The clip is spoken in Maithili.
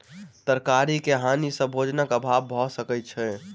तरकारी के हानि सॅ भोजनक अभाव भअ सकै छै